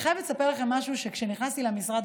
אני חייבת לספר לכם משהו שכשנכנסתי למשרד,